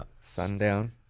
sundown